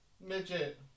midget